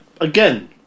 Again